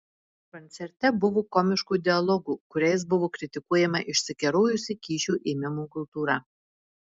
koncerte buvo komiškų dialogų kuriais buvo kritikuojama išsikerojusi kyšių ėmimo kultūra